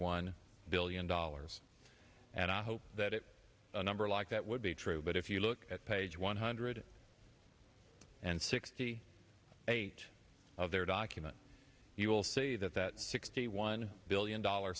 one billion dollars and i hope that it a number like that would be true but if you look at page one hundred and sixty eight of their document you will see that that sixty one billion dollar